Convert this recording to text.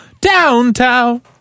downtown